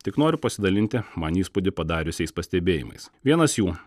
tik noriu pasidalinti man įspūdį padariusiais pastebėjimais vienas jų